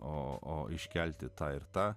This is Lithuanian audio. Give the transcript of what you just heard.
o iškelti tą ir tą